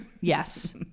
Yes